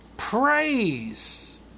Praise